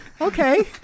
Okay